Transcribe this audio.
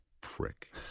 prick